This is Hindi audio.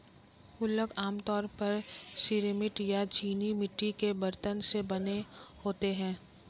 गुल्लक आमतौर पर सिरेमिक या चीनी मिट्टी के बरतन से बने होते हैं